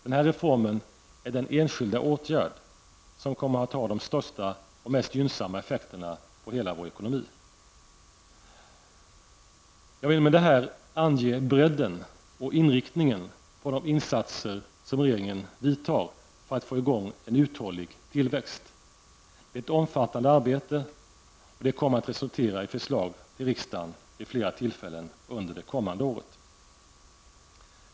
Denna reform är den enskilda åtgärd som kommer att ha den största och mest gynnsamma effekten på hela vår ekonomi. Jag vill med detta ange bredden och inriktningen på de insatser som regeringen vidtar för att få i gång en uthållig tillväxt. Det är ett omfattande arbete som kommer att resultera i förslag till riksdagen vid flera tillfällen under det kommande året.